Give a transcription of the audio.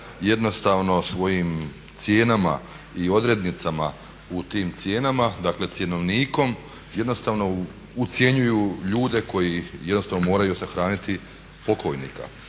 jednostavno svojim cijenama i odrednicama u tim cijenama, dakle cjenovnikom jednostavno ucjenjuju ljude koji jednostavno moraju sahraniti pokojnika.